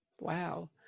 Wow